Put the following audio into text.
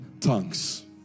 tongues